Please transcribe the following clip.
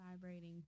vibrating